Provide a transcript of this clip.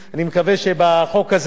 אני מקווה שבחוק הזה,